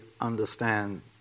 understand